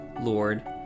Lord